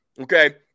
okay